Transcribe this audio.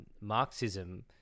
Marxism